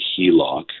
HELOC